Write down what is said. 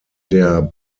der